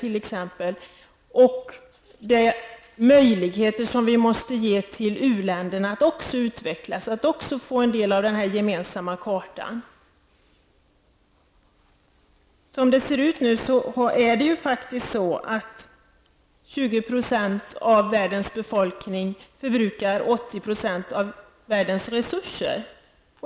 Vi måste ge möjligheter till u-länderna att också utvecklas och få en del av den gemensamma kakan. Som det ser ut nu är det faktiskt så att 20 % av världens befolkning förbrukar 80 % av världens resurser.